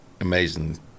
amazing